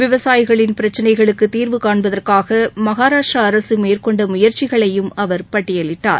விவசாயிகளின் பிரச்சினைகளுக்கு தீர்வு காண்பதற்காக மகாராஷ்டிரா அரசு மேற்கொண்ட முயற்சிகளையும் அவர் பட்டியலிட்டார்